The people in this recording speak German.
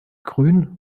grün